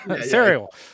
Cereal